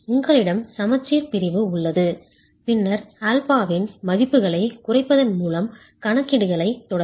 உங்களிடம் சமச்சீர் பிரிவு உள்ளது பின்னர் ஆல்பாவின் மதிப்புகளைக் குறைப்பதன் மூலம் கணக்கீடுகளைத் தொடரவும்